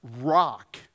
rock